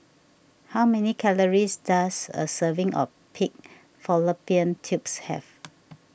how many calories does a serving of Pig Fallopian Tubes have